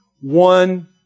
one